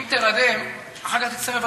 אם תירדם אחר כך תצטרך,